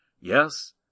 Yes